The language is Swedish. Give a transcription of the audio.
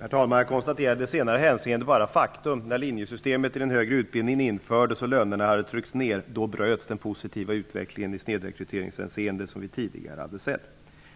Herr talman! Jag konstaterar i senare hänsyn bara faktum. När linjesystemet i den högre utbildningen infördes och lönerna hade tryckts ned bröts den tidigare positiva utvecklingen i snedrekryteringshänseende.